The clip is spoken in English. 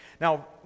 Now